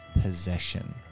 possession